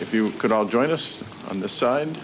if you could all join us on the side